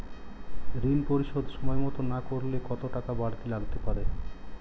ঋন পরিশোধ সময় মতো না করলে কতো টাকা বারতি লাগতে পারে?